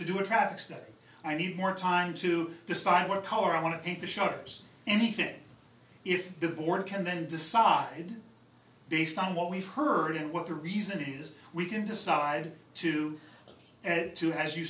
to do a traffic study i need more time to decide what color i want to paint the shutters anything if the board can then decide based on what we've heard and what the reasoning is we can decide to do as you